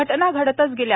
घटना घडतच गेल्या